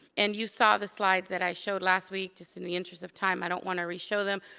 and you saw the slides that i showed last week. just in the interest of time i don't want to reshow them.